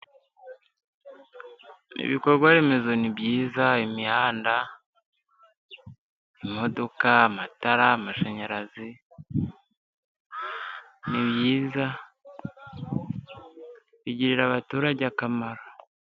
Ibikorwa remezo ni byiza. Imihanda, imodoka, amatara, amashanyarazi, ni byiza, bigirira abaturage akamaro.